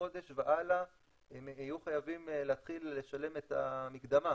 חודש והלאה הם יהיו חייבים להתחיל לשלם את המקדמה,